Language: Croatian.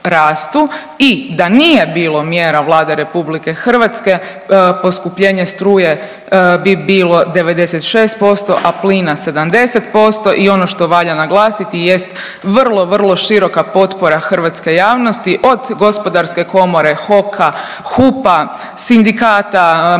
i da nije bilo mjera Vlade RH poskupljenje struje bi bilo 96%, a plina 70% i ono što valja naglasiti jest vrlo, vrlo široka potpora hrvatske javnosti od Gospodarske komore, HOK-a, HUP-a, sindikata, Matice